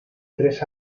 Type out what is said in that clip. tres